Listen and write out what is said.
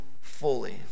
fully